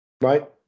right